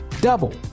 double